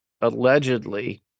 allegedly